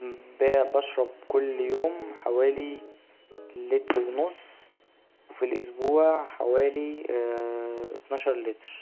حوالي لتر ونص وفي الأسبوع حوالي أتناشر لتر.